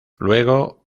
luego